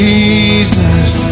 Jesus